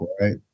right